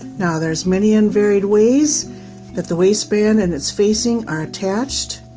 now there's many and varied ways that the waistband and its facing are attached.